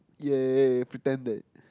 ya ya ya ya pretend